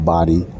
Body